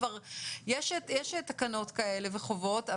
כבר יש תקנות כאלה וחובות,